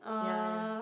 ya ya